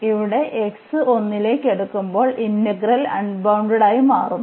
ഇവിടെ x 1 ലേക്ക് അടുക്കുമ്പോൾ ഇന്റഗ്രൽ അൺബൌണ്ടഡ് ആയി മാറുന്നു